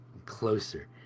closer